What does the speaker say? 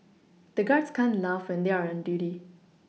the guards can't laugh when they are on duty